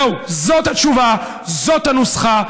זהו, זאת התשובה, זאת הנוסחה.